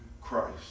Christ